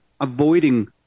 avoiding